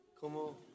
Como